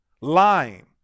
lying